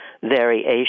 variation